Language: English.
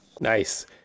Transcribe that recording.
Nice